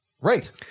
right